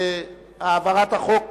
להעברת הצעת החוק